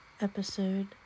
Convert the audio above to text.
episode